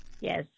Yes